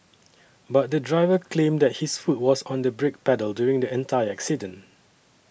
but the driver claimed that his foot was on the brake pedal during the entire accident